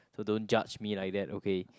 so don't judge me like that okay